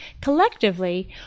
collectively